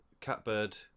Catbird